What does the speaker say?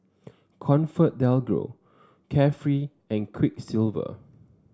ComfortDelGro Carefree and Quiksilver